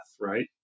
right